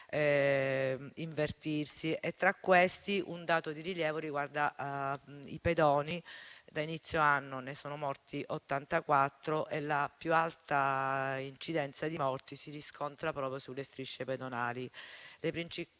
tra questi un dato di rilievo riguarda i pedoni: da inizio anno ne sono morti 84 e la più alta incidenza di morti si riscontra proprio sulle strisce pedonali.